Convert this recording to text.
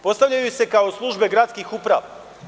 Postavljaju se kao službe gradskih uprave.